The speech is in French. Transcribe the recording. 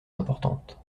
importante